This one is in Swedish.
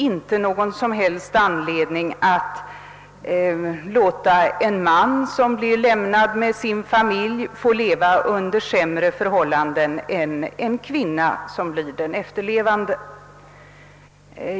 Ingen som helst motivering kan ju anföras för att en man, som blir lämnad ensam med sin familj, skall behöva leva under sämre förhållanden än en kvinna i motsvarande situation.